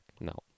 No